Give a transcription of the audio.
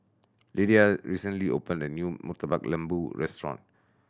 Lydia recently opened a new Murtabak Lembu restaurant